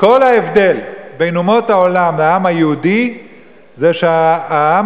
כל ההבדל בין אומות העולם לעם היהודי זה שהעם